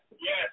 yes